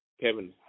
Kevin